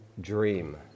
dream